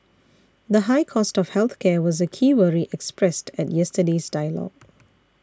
the high cost of health care was a key worry expressed at yesterday's dialogue